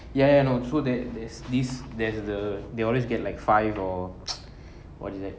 ya ya no so there there's there's this there's the they always get like five or what is that